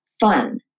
fun